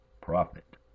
prophet